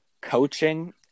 coaching